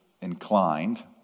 inclined